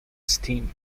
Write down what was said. steam